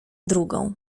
drugą